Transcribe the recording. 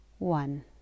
One